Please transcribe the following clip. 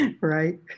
right